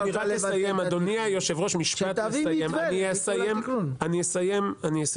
אני אסיים.